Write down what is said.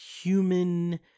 human